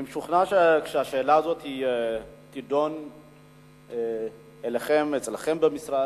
אני משוכנע שכשהשאלה הזאת תידון אצלכם במשרד,